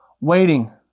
waiting